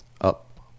up